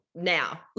Now